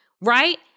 right